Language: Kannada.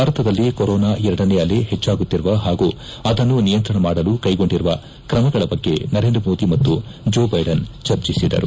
ಭಾರತದಲ್ಲಿ ಕೊರೊನಾ ಎರಡನೇ ಅಲೆ ಹೆಚ್ಚಾಗುತ್ತಿರುವ ಹಾಗೂ ಅದನ್ನು ನಿಯಂತ್ರಣ ಮಾಡಲು ಕೈಗೊಂಡಿರುವ ಕ್ರಮಗಳ ಬಗ್ಗೆ ನರೇಂದ್ರ ಮೋದಿ ಮತ್ತು ಜೋ ಬೈಡೆನ್ ಚರ್ಚಿಸಿದರು